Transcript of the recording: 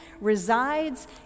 resides